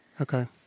Okay